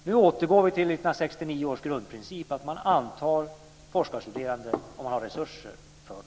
Nu återgår vi till 1969 års grundprincip, att anta forskarstuderande om man har resurser för dem.